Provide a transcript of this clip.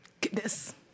Goodness